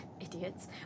Idiots